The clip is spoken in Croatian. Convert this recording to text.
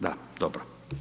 Da, dobro.